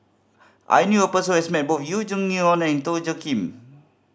I knew a person who has met both You Jin and Ton Joe Kim